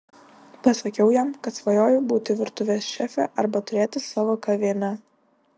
pasakiau jam kad svajoju būti virtuvės šefė arba turėti savo kavinę